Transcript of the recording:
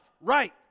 Right